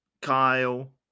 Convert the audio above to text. Kyle